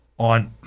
on